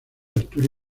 arturo